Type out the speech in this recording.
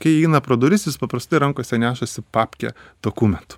kai įeina pro duris jis paprastai rankose nešasi papkę dokumentų